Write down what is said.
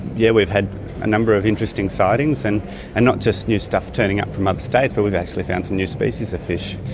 yeah we've had a number of interesting sightings, and and not just new stuff turning up from other states, but we've actually found some new species of fish.